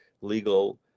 legal